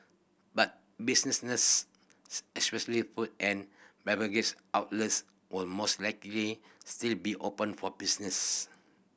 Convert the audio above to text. but businesses especially food and beverage outlets would most likely still be open for business